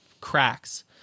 cracks